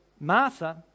Martha